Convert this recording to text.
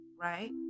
right